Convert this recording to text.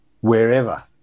wherever